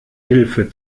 hilfe